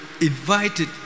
Invited